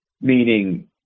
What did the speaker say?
meaning